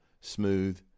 smooth